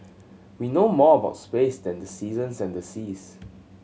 we know more about space than the seasons and the seas